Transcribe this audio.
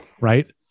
right